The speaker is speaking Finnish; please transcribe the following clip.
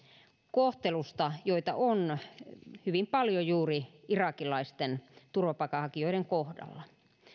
kohtelusta joita on hyvin paljon juuri irakilaisten turvapaikanhakijoiden kohdalla